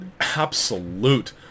absolute